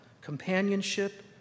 companionship